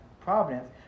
providence